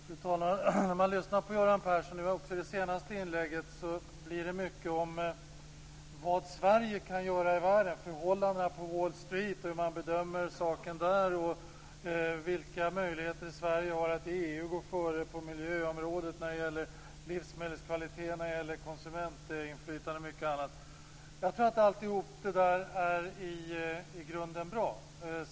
Fru talman! När man lyssnade på Göran Persson i hans senaste inlägg framkom det mycket om vad Sverige kan göra i världen, förhållandena på Wall Street och vilka bedömningar som görs där, vilka möjligheter Sverige har att i EU gå före på miljöområdet när det gäller livsmedelskvalitet och konsumentinflytande. Allt är i grunden bra.